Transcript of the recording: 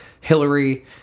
hillary